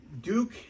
Duke